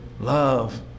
Love